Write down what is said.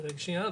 רק שנייה.